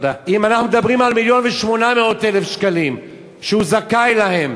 אם אנחנו מדברים על 1,800,000 שקלים שהוא זכאי לגביהם